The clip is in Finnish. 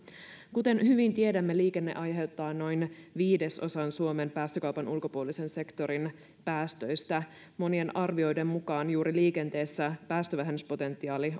kuten hyvin tiedämme liikenne aiheuttaa noin viidesosan suomen päästökaupan ulkopuolisen sektorin päästöistä monien arvioiden mukaan juuri liikenteessä päästövähennyspotentiaali